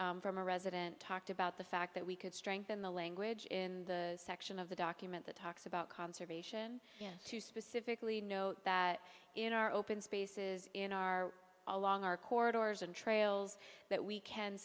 from a resident talked about the fact that we could strengthen the language in the section of the document that talks about conservation and to specifically know that in our open spaces in our along our corridors and trails that we can